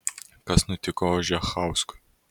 kas nutiko ožechauskui